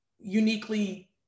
uniquely